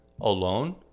alone